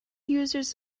users